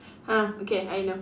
ha okay I know